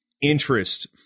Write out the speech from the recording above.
interest